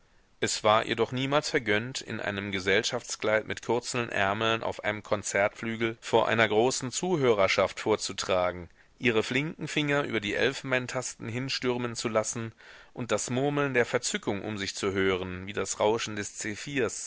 es war ihr doch niemals vergönnt in einem gesellschaftskleid mit kurzen ärmeln auf einem konzertflügel vor einer großen zuhörerschaft vorzutragen ihre flinken finger über die elfenbeintasten hinstürmen zu lassen und das murmeln der verzückung um sich zu hören wie das rauschen des